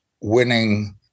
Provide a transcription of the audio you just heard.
winning